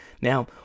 Now